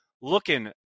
looking